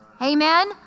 Amen